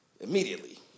immediately